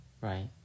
right